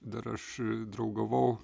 dar aš draugavau